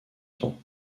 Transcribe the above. temps